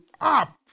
up